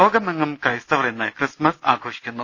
ലോകമെങ്ങും ക്രൈസ്തവർ ഇന്ന് ക്രിസ്മസ് ആഘോ ഷിക്കുന്നു